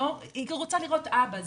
היא רוצה לראות אבא,